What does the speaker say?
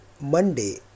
Monday